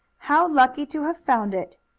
how lucky to have found it.